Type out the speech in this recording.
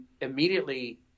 immediately